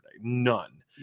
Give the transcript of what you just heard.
None